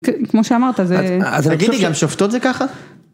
כמו שאמרת זה... אז תגידי, גם שופטות זה ככה?